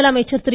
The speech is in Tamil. முதலமைச்சர் திரு